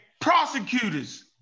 prosecutors